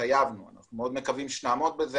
אנחנו מאוד מקווים לעמוד בזה,